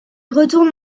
retourne